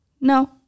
No